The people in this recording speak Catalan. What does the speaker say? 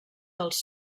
dels